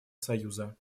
союза